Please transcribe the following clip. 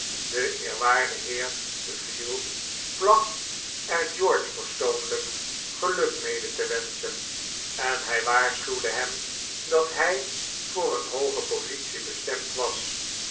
de weleerwaarde heer veal placht er george persoonlijk geluk mede te wenschen en hij waarschuwde hem dat hij voor een hooge positie bestemd was